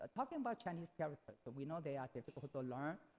talking about chinese characters, but we know they are difficult to learn.